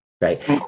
Right